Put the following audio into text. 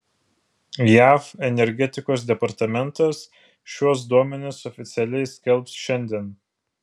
jav energetikos departamentas šiuos duomenis oficialiai skelbs šiandien